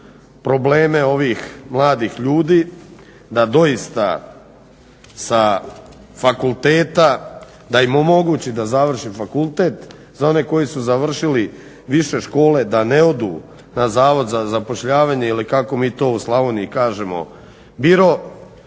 probleme ovih mladih ljudi, da im omogući da završi fakultet, za one koji su završili više škole da ne odu na Zavod za zapošljavanje ili kako mi to u Slavoniji kažemo Biro,